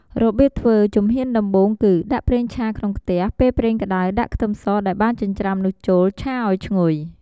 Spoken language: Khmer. របៀបធ្វើ ជំហានដំបូង គឺ ដាក់ប្រេងឆាក្នុងខ្ទះ ពេលប្រេងក្ដៅដាក់ខ្ទឹមសដែលបានចិញ្ច្រាំនោះចូល ឆាឱ្យឈ្ងុយ។